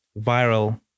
viral